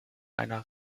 einer